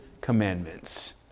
commandments